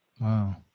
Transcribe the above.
Wow